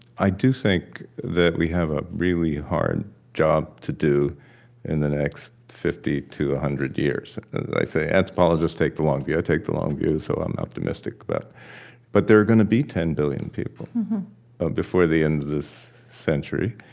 i do think that we have a really hard job to do in the next fifty to one hundred years. as i say, anthropologists take the long view. i take the long view, so i'm optimistic but but there are going to be ten billion people ah before the end of this century.